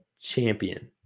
champion